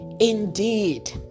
indeed